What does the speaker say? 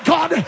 God